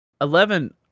Eleven